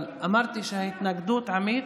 אבל אמרתי שההתנגדות, עמית,